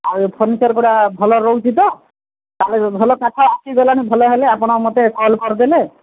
ଆଉ ଏ ଫର୍ଣ୍ଣିଚର୍ ଗୁଡ଼ା ଭଲ ରହୁଛି ତ ତାହେଲେ ଭଲ କାଠ ଆସିଗଲାଣି ଭଲ ହେଲେ ଆପଣ ମୋତେ କଲ୍ କରିଦେଲେ